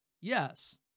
Yes